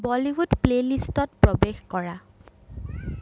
Bollywood প্লে'লিষ্টত প্ৰৱেশ কৰা